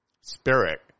spirit